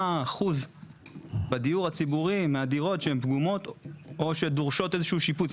מה האחוז הדירות הפגומות בדיור הציבורי או שדורשות איזה שיפוץ?